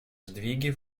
сдвиги